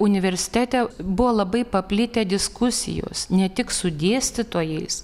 universitete buvo labai paplitę diskusijos ne tik su dėstytojais